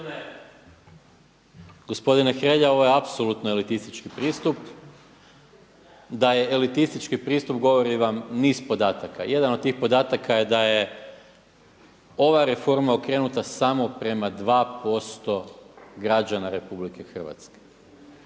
Gospodine Hrelja, ovo je apsolutno elitistički pristup. Da je elitistički pristup govori vam niz podataka. Jedan od tih podataka je da je ova reforma okrenuta samo prema 2% građana RH.